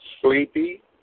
Sleepy